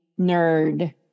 nerd